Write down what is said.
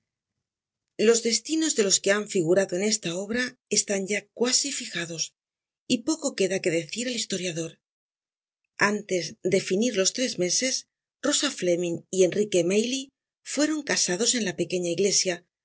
os destinos de los que han figurado en esta obra están ya cuasi fijados y poco queda que decir al historiador antes de finir los tres meses rosa fleming y enrique maylie fueron casados en la pequeña iglesia